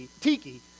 Tiki